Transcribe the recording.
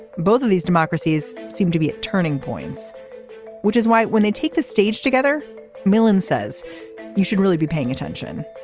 both of these democracies seem to be turning points which is why when they take the stage together millan says you should really be paying attention.